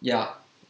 ya